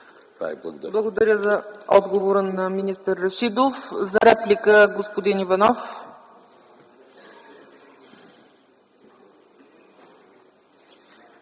Благодаря за отговора на министър Рашидов. За реплика – господин Иванов.